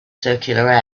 circular